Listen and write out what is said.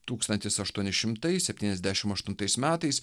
tūkstantis aštuoni šimtai septyniasdešim aštuntais metais